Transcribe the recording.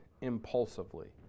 impulsively